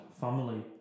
family